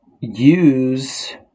use